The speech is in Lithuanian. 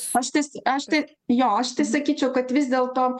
aš tais aš taip jo aš tai sakyčiau kad vis dėlto